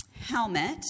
helmet